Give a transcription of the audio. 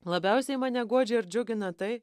labiausiai mane guodžia ir džiugina tai